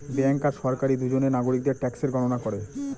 bank আর সরকারি দুজনে নাগরিকদের ট্যাক্সের গণনা করে